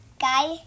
guy